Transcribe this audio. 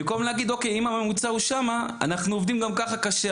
אנחנו עובדים גם כך קשה.